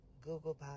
Google